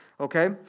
Okay